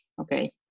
okay